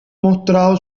mostrado